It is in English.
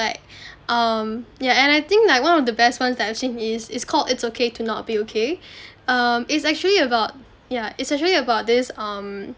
like um yeah and I think like one of the best ones that I've seen is it's called it's okay to not be okay um it's actually about yeah it's actually about this um